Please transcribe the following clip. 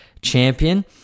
champion